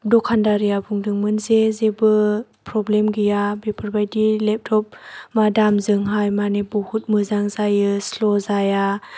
दखानदारआ बुंदोंमोन जे जेबो प्रब्लेम गैया बेफोरबायदि लेपट'प दामजोंहाय माने बहुथ मोजां जायो स्ल' जाया